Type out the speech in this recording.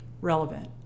relevant